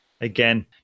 again